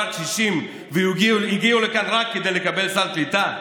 קשישים והגיעו לכאן רק כדי לקבל סל קליטה,